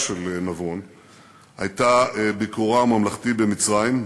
של נבון הייתה ביקורו הממלכתי במצרים,